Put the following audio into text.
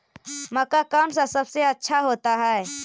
मक्का कौन सा सबसे अच्छा होता है?